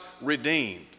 redeemed